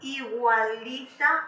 igualita